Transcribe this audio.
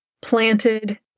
planted